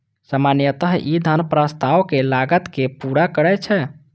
सामान्यतः ई धन प्रस्तावक लागत कें पूरा करै छै